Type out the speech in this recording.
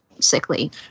sickly